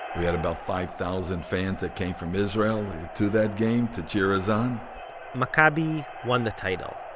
we had about five thousand fans that came from israel um to that game to cheer us on maccabi won the title.